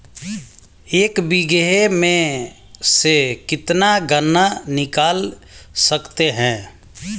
एक बीघे में से कितना गन्ना निकाल सकते हैं?